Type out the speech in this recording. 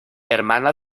hermana